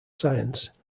science